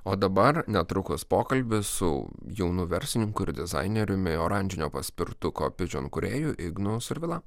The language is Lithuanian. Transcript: o dabar netrukus pokalbis su jaunu verslininku ir dizaineriumi oranžinio paspirtuko pigeon kūrėju ignu survila